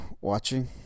watching